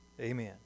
Amen